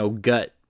gut